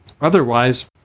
otherwise